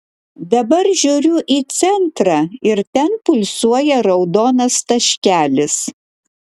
dabar žiūriu į centrą ir ten pulsuoja raudonas taškelis